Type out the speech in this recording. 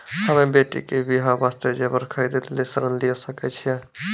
हम्मे बेटी के बियाह वास्ते जेबर खरीदे लेली ऋण लिये सकय छियै?